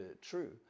true